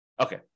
Okay